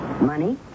money